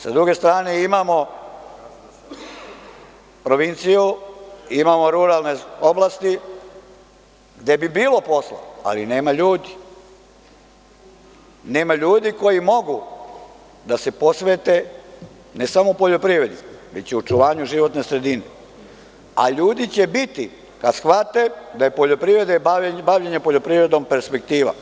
S druge strane, imamo provinciju, imamo ruralne oblasti, gde bi bilo posla, ali nema ljudi, nema ljudi koji mogu da se posvete ne samo poljoprivredi, već i očuvanju životne sredine, a ljudi će biti kad shvate da je poljoprivreda i bavljenje poljoprivredom perspektiva.